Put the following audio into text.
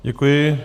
Děkuji.